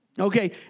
Okay